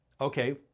Okay